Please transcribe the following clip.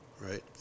right